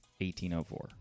18.04